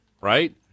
right